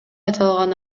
аталган